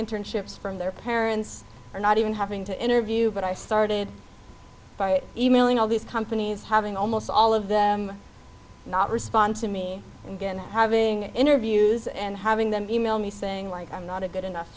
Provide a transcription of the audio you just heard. internships from their parents or not even having to interview but i started by e mailing all these companies having almost all of them not respond to me and then having interviews and having them email me saying like i'm not a good enough